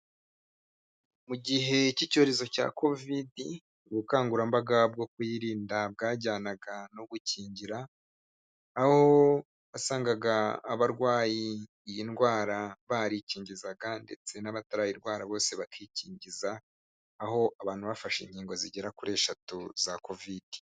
Mu gihe cy'icyorezo cya covid ubukangurambaga bwo kuyirinda bwajyanaga no gukingira, aho wasangaga abarwayi iyi ndwara barikingizaga ndetse n'abatarayirwara bose bakikingiza, aho abantu bafashe inkingo zigera kuri eshatu za covid.